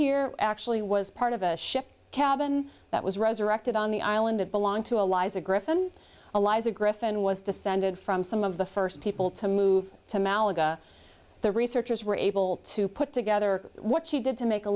here actually was part of a ship cabin that was resurrected on the island it belonged to allies a griffon allies a griffin was descended from some of the first people to move to malaga the researchers were able to put together what she did to make a